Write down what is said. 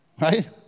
Right